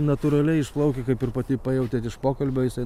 natūraliai išplaukia kaip ir pati pajautėt iš pokalbio jisai